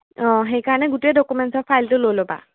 অঁ সেইকাৰণে গোটেই ডকুমেণ্টছৰ ফাইলটো লৈ ল'বা